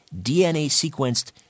DNA-sequenced